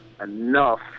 enough